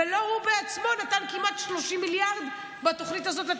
ולא הוא בעצמו נתן כמעט 30 מיליארד בתוכנית הזו,